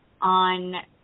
on